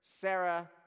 Sarah